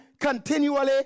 continually